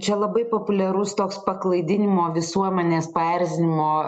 čia labai populiarus toks paklaidinimo visuomenės paerzinimo